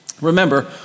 Remember